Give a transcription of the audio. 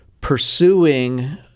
pursuing